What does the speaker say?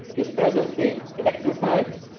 is presently electrified.